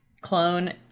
clone